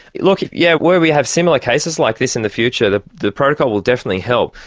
look, yeah where we have similar cases like this in the future the the protocol will definitely help.